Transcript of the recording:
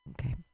okay